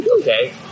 okay